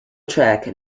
track